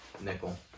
Nickel